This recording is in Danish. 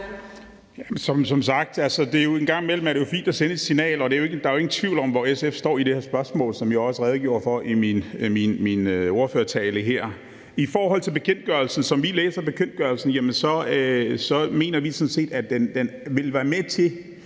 Som sagt er det jo fint en gang imellem at sende et signal, og der er jo ingen tvivl om, hvor SF står i det her spørgsmål, som jeg også redegjorde for i min ordførertale her. I forhold til bekendtgørelsen vil jeg sige, at som vi læser bekendtgørelsen, mener vi sådan set, at den vil være med til